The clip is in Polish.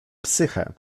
psyche